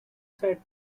side